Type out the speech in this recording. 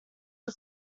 for